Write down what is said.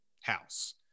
house